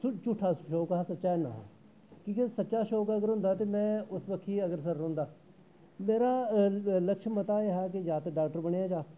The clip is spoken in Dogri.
झू झूठा शौक हा सच्चा अन्न हा क्योंकि सच्चा शौक अगर होंदा ते मैं उस बक्खी अग्रसर रौंह्दा मेरा लक्ष्य मता एह् हा कि जां ते डाक्टर बनेआ जा